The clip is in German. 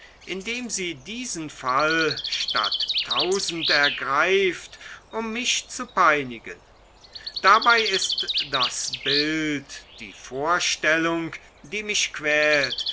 indem sie diesen fall statt tausend ergreift um mich zu peinigen dabei ist das bild die vorstellung die mich quält